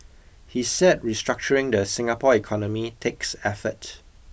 he said restructuring the Singapore economy takes effort